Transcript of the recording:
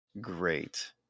Great